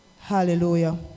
Hallelujah